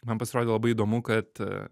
man pasirodė labai įdomu kad